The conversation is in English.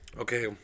Okay